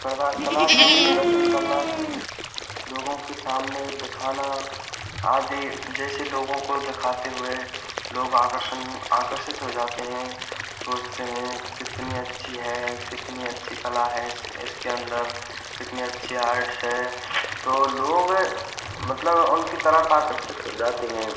करदा कला का प्रदर्शन करना लोगों के सामने दिखाना आदि जैसे लोगों को दिखाते हुए लोग आकर्षण आकर्षित हो जाते हैं सोचते हैं कितनी अच्छी है कितनी अच्छी कला है इस इसके अन्दर कितनी अच्छी आर्ट्स हैं तो लोग मतलब उनकी तरफ आकर्षित हो जाते हैं